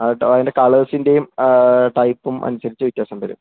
അതിന്റെ കളേഴ്സിന്റെയും ടൈപ്പും അനുസരിച്ചു വ്യത്യാസം വരും